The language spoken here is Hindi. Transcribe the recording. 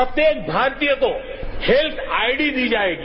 प्रत्येक भारतीय को हेल्थ आईडी दी जायेगी